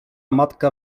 matka